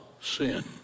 sin